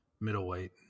middleweight